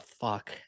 fuck